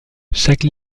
chaque